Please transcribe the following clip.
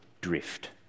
drift